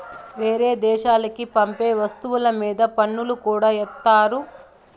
వేరే దేశాలకి పంపే వస్తువుల మీద పన్నులు కూడా ఏత్తారు